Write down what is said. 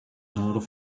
noorden